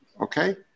okay